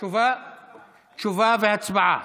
תשובה והצבעה.